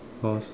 because